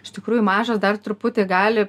iš tikrųjų mažos dar truputį gali